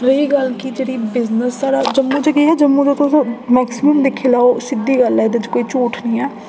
रेही गल्ल कि जेह्ड़ी बिजनेस साढ़ा जम्मू च केह् ऐ जम्मू च तुस मैक्सीमम दिक्खी लैओ सिद्धी गल्ल ऐ एह्दे च कोई झूठ निं ऐ